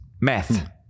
math